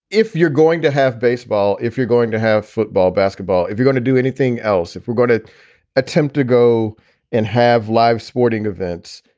if you're going to have baseball, if you're going to have football, basketball, if you're gonna do anything else, if we're going to attempt to go and have live sporting events,